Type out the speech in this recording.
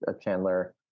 Chandler